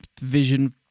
vision